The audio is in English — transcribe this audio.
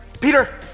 Peter